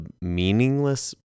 meaningless